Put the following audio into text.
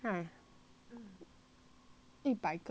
一百个小小个的